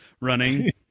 running